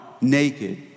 naked